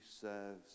serves